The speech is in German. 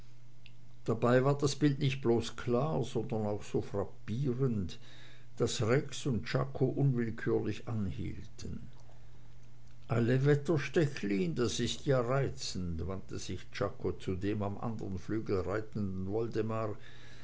dabei war das bild nicht bloß klar sondern auch so frappierend daß rex und czako unwillkürlich anhielten alle wetter stechlin das ist ja reizend wandte sich czako zu dem am andern flügel reitenden woldemar